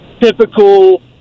typical